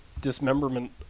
dismemberment